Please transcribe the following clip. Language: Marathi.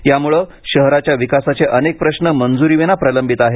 यामुळे शहराच्या विकासाचे अनेक प्रश्न मंजुरीविना प्रलंबित आहेत